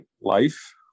Life